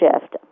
shift